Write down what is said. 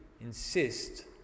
insist